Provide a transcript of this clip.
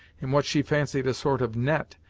in what she fancied a sort of net,